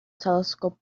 telescope